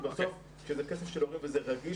כי זה כסף של הורים וזה רגיש,